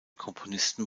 komponisten